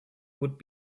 would